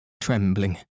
trembling